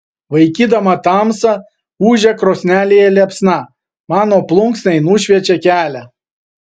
vaikydama tamsą ūžia krosnelėje liepsna mano plunksnai nušviečia kelią